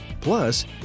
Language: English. plus